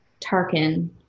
Tarkin